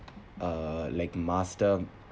uh like master